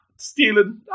Stealing